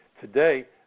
today